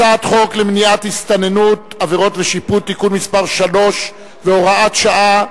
הצעת חוק למניעת הסתננות (עבירות ושיפוט) (תיקון מס' 3 והוראת שעה),